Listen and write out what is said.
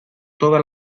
toda